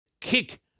kick